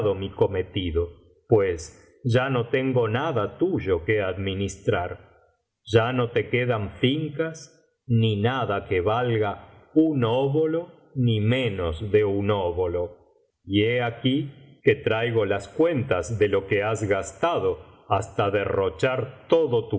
mi cometido pues ya no tengo nada tuyo que administrar ya no te quedan fincas ni nada que valga un óbolo ni menos de un óbolo y he aquí que traigo las cuentas de biblioteca valenciana generalitat valenciana historia de dulce amiga lo que has gastado hasta derrochar todo tu